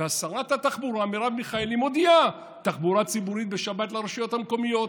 ושרת התחבורה מרב מיכאלי מודיעה: תחבורה ציבורית בשבת ברשויות המקומיות.